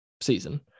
season